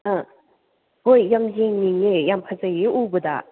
ꯍꯣꯏ ꯌꯥꯝ ꯌꯦꯡꯅꯤꯡꯉꯦ ꯌꯥꯝ ꯐꯖꯩꯌꯦ ꯎꯕꯗ